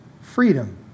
freedom